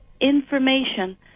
information